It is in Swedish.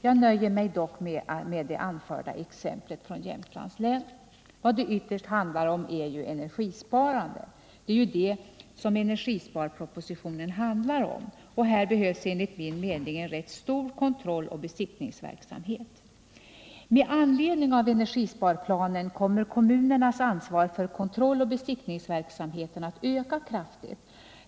Jag nöjer mig dock med det anförda exemplet från Jämtlands län. Vad det ytterst handlar om är energisparande. Det är ju det som energisparpropositionen handlar om. Här behövs enligt min mening en rätt stor kontrolloch besiktningsverksamhet. Med anledning av energisparplanen kommer kommunernas ansvar för kontrolloch besiktningsverksamheten att öka kraftigt.